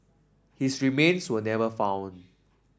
his remains were never found